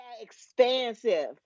expansive